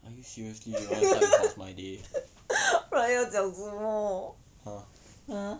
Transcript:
不然要讲什么 !huh!